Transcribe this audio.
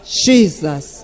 jesus